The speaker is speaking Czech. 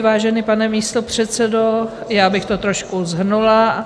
Vážený pane místopředsedo, já bych to trošku shrnula.